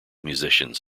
musicians